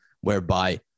whereby